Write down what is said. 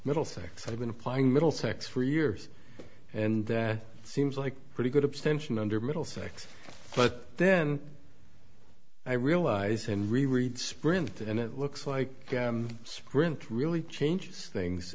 middlesex i've been applying middlesex for years and that seems like pretty good abstention under middlesex but then i realize and re read sprint and it looks like sprint really changes things